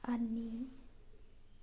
ꯑꯅꯤ